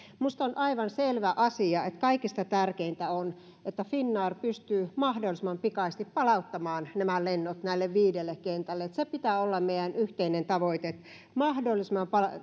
minusta on aivan selvä asia että kaikista tärkeintä on että finnair pystyy mahdollisimman pikaisesti palauttamaan nämä lennot näille viidelle kentälle sen pitää olla meidän yhteinen tavoitteemme että ne mahdollisimman